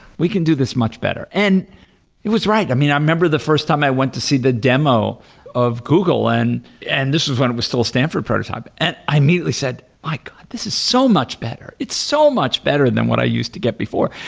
we can do this much better. and it was right. i mean, i remember the first time i went to see the demo of google and and this is when it was still stanford prototype, and i immediately said, my god. this is so much better. it's so much better than what i used to get before.